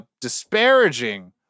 disparaging